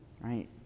right